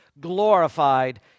glorified